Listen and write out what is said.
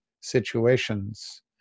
situations